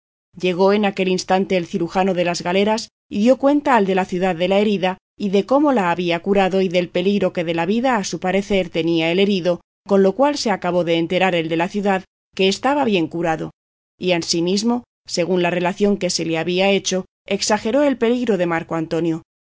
llegó en aquel instante el cirujano de las galeras y dio cuenta al de la ciudad de la herida y de cómo la había curado y del peligro que de la vida a su parecer tenía el herido con lo cual se acabó de enterar el de la ciudad que estaba bien curado y ansimismo según la relación que se le había hecho exageró el peligro de marco antonio